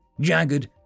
jagged